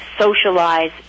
socialize